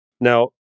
Now